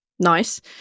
nice